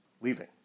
leaving